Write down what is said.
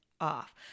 off